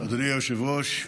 אדוני היושב-ראש,